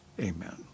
amen